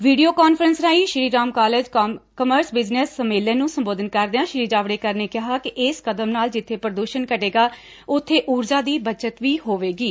video conference ਰਾਹੀਂ Shri Ram college commerce business ਸੰਮੇਲਨ ਨੂੰ ਸੰਬੋਧਨ ਕਰਦਿਆਂ ਸ੍ਰੀ ਜਾਵੜੇਕਰ ਨੇ ਕਿਹਾ ਕਿ ਏਸ ਕਦਮ ਨਾਲ ਜਿੱਬੇ ਪ੍ਰਦੂਸ਼ਣ ਘਟੇਗਾ ਉਬੇ ਊਰਜਾ ਦੀ ਬਚਤ ਵੀ ਹੋਵੇਗੀ